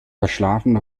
verschlafen